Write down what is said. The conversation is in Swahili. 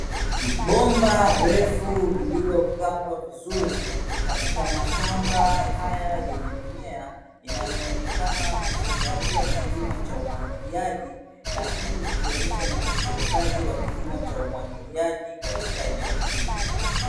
Bomba refu lililopangwa vizuri, katika mashamba haya yenye mimea; yanayoonekana kuzingatia kilimo cha umwagiliaji. Na hii ikionyesha ni utekelezaji wa kilimo cha umwagiliaji katika eneo hili.